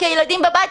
כי הילדים בבית,